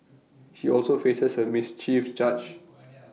he also faces A mischief charge